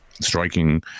striking